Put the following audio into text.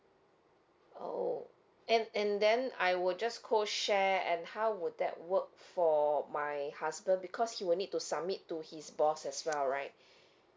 oh and and then I will just co share and how would that work for my husband because he will need to submit to his boss as well right